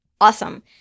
Awesome